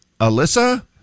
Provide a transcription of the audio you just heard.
Alyssa